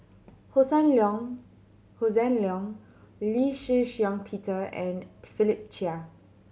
Hossan Leong Hossan Leong Lee Shih Shiong Peter and Philip Chia